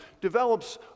develops